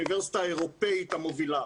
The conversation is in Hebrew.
שזאת האוניברסיטה האירופית המובילה.